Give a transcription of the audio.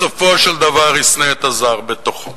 בסופו של דבר ישנא את הזר בתוכו,